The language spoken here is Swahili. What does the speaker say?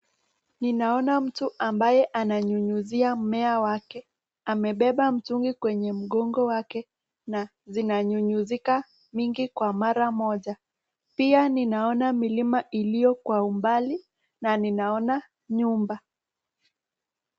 Ninaona mtu ambaye ananyunyizia mmea wake, amebeba mtungi kwenye mgongo wake na zinanyunyizika mingi kwa mara moja, pia ninaona milima iliyo kwa umbali na ninaona nyumba.